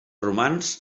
romans